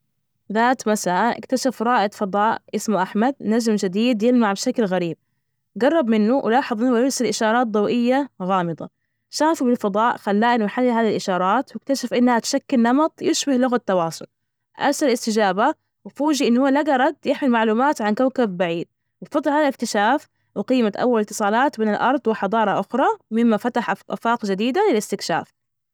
ذات مساء، اكتشف رائد فضاء اسمه أحمد نجم جديد يلمع بشكل غريب. جرب منه، ولاحظ انه يرسل إشارات ضوئية غامضة، شافوا بالفضاء خلاه انه يحلل هذي الإشارات واكتشف إنها تشكل نمط يشبه لغة تواصل. أرسل استجابة، وفوجئ إنه هو لجى رد يحمل معلومات عن كوكب بعيد. وفضل هذا الاكتشاف، وقيمة أول اتصالات بين الأرض وحضارة أخرى، مما فتح أف- أفاق جديدة للاستكشاف.